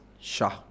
Shah